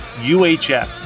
UHF